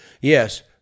Yes